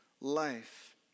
life